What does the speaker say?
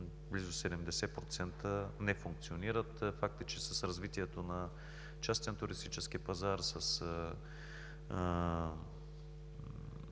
близо 70%, не функционират. Факт е, че с развитието на частен туристически пазар, с